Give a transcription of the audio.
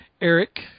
Eric